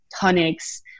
tonics